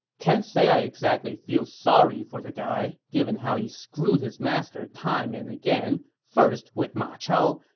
can't say i exactly feel sorry for the guy, given how he screwed his master time and again, first with ma chao,